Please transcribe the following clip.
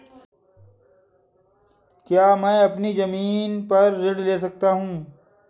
क्या मैं अपनी ज़मीन पर ऋण ले सकता हूँ?